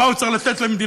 מה הוא צריך לתת למדינתו,